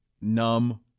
numb